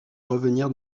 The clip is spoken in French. revenir